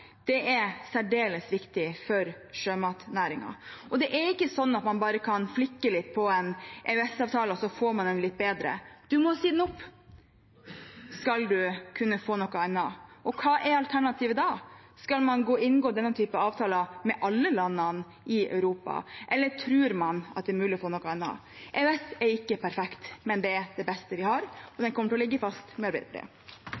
er særdeles viktig for sjømatnæringen. Det er ikke sånn at man bare kan flikke litt på en EØS-avtale og få den litt bedre. Man må si den opp om man skal få noe annet. Og hva er alternativet da? Skal man inngå denne type avtaler med alle landene i Europa, eller tror man at det er mulig å få noe annet? EØS er ikke perfekt, men det er det beste vi har, og